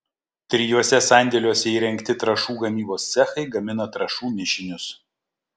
trijuose sandėliuose įrengti trąšų gamybos cechai gamina trąšų mišinius